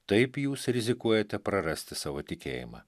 taip jūs rizikuojate prarasti savo tikėjimą